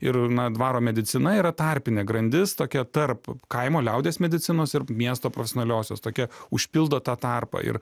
ir dvaro medicina yra tarpinė grandis tokia tarp kaimo liaudies medicinos ir miesto profesonaliosios tokia užpildo tą tarpą ir